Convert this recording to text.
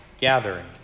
gathering